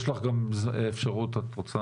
יש לך גם אפשרות למצגת.